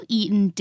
eaten